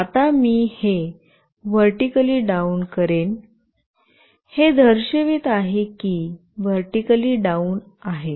आता मी हे व्हर्टीकली डाउन करेन हे दर्शवित आहे की व्हर्टीकली डाउन आहे